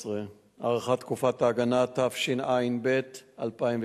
13) (הארכת תקופת הגנה), התשע"ב 2012,